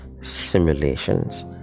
simulations